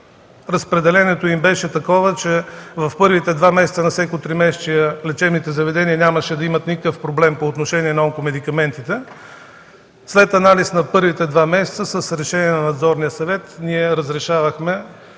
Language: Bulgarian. Разпределението им беше такова, че в първите два месеца на всяко тримесечие лечебните заведения нямаше да имат никакъв проблем по отношение на онкомедикаментите. След анализ на първите два месеца с решение на Надзорния съвет ние разрешавахме